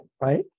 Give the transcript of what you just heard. Right